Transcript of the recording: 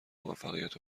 موفقیت